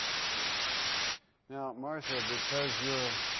you know martha, because you're